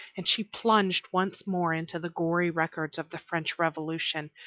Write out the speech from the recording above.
and she plunged once more into the gory records of the french revolution,